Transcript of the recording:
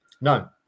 No